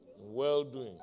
well-doing